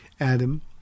Adam